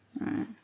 Right